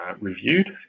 reviewed